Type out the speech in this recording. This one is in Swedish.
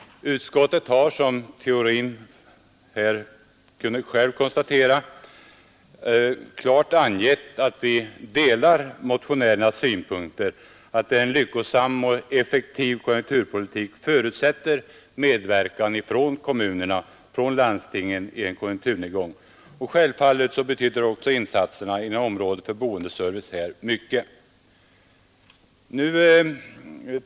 Utskottet har, som fru Theorin konstaterade, klart angivit att vi delar motionärernas synpunkter att en lyckosam och effektiv konjunkturpolitik förutsätter medverkan från kommunerna och landstingen vid en konjunkturnedgång. Självfallet betyder också insatserna inom området för boendeservice mycket.